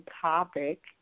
topic